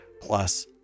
plus